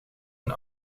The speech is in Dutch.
een